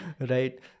Right